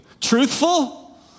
Truthful